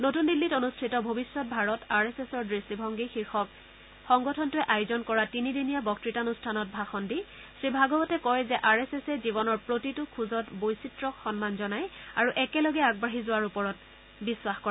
নতুন দিল্লীত অনুষ্ঠিত ভৱিষ্যত ভাৰত আৰ এছ এছৰ দৃষ্টিভংগী শীৰ্ষক সংগঠনটোৱ আয়োজন কৰা তিনিদিনীয়া বক্তৃতানুষ্ঠানত ভাষণ দি শ্ৰীভাগৱতে কয় যে আৰ এছ এছে জীৱনৰ প্ৰতিটো খোজত বৈচিত্ৰক সন্মান জনায় আৰু একেলগে আগবাঢ়ি যোৱাৰ ওপৰত বিশ্বাস কৰে